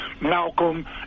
Malcolm